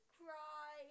cry